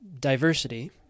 diversity